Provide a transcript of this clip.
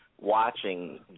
watching